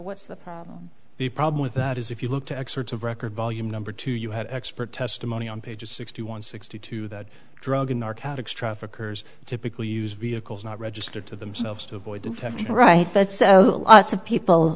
what's the the problem with that is if you look to excerpts of record volume number two you had expert testimony on page sixty one sixty two that drug narcotics traffickers typically use vehicles not registered to themselves to avoid detection right but so lots of people